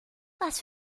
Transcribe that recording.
was